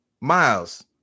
Miles